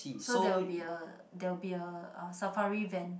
so there will be a there will be a uh safari van